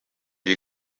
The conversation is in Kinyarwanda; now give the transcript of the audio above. ibi